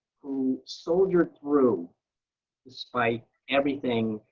who soldiered through despite everything.